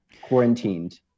quarantined